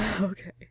Okay